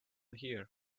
here